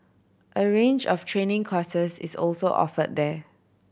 a range of training courses is also offered there